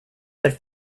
but